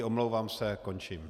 Omlouvám se, končím.